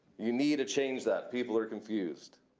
you need to change that. people are confused.